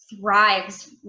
thrives